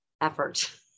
effort